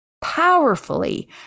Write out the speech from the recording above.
powerfully